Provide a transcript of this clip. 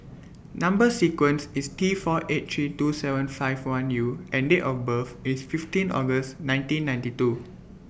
Number sequence IS T four eight three two seven five one U and Date of birth IS fifteen August nineteen ninety two